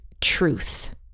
truth